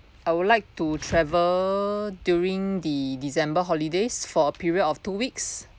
I would like to travel during the december holidays for a period of two weeks